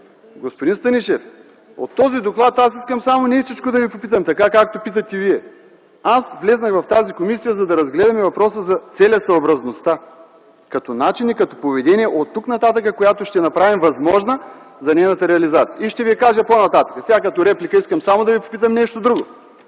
Господин Станишев, от този доклад аз искам само нещичко да Ви попитам, както питате Вие. Аз влязох в тази комисия, за да разгледаме въпроса за целесъобразността като начин и като поведение, като оттук нататък ще направим възможна нейната реализация. И ще Ви кажа по-нататък. Сега като реплика искам само да Ви попитам нещо друго